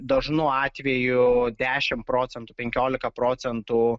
dažnu atveju dešimt procentų penkiolika procentų